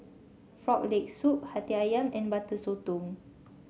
Frog Leg Soup hati ayam and Butter Sotong